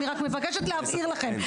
אני מבקשת להבהיר לכם,